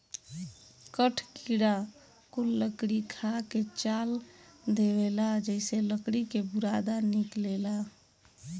कठ किड़ा कुल लकड़ी खा के चाल देवेला जेइसे लकड़ी के बुरादा निकलेला